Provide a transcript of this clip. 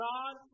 God